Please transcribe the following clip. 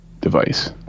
device